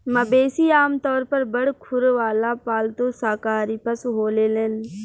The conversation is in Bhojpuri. मवेशी आमतौर पर बड़ खुर वाला पालतू शाकाहारी पशु होलेलेन